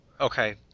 Okay